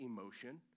emotion